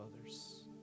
others